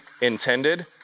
intended